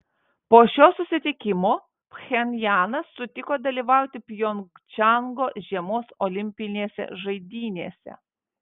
po šio susitikimo pchenjanas sutiko dalyvauti pjongčango žiemos olimpinėse žaidynėse